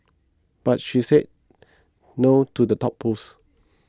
but she said no to the top post